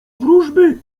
wróżby